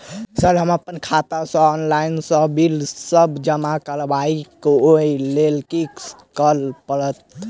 Sir हम अप्पन खाता सऽ ऑनलाइन सऽ बिल सब जमा करबैई ओई लैल की करऽ परतै?